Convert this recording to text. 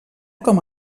com